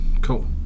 cool